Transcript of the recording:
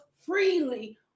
freely